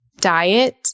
diet